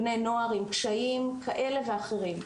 בני נוער עם קשיים כאלה ואחרים.